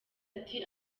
ati